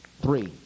Three